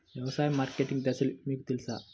వ్యవసాయ మార్కెటింగ్ దశలు మీకు తెలుసా?